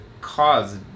cause